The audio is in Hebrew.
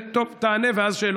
עצם הידיעה היא קשה,